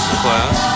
class